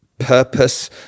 purpose